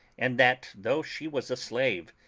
and that, though she was a slave,